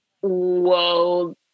whoa